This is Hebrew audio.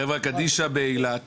החברה קדישא מאילת